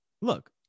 Look